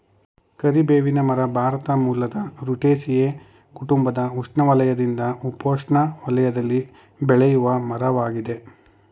ಕರಿಬೇವಿನ ಮರ ಭಾರತ ಮೂಲದ ರುಟೇಸಿಯೇ ಕುಟುಂಬದ ಉಷ್ಣವಲಯದಿಂದ ಉಪೋಷ್ಣ ವಲಯದಲ್ಲಿ ಬೆಳೆಯುವಮರವಾಗಯ್ತೆ